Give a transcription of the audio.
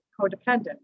codependent